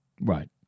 Right